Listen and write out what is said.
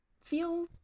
feel